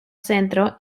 centro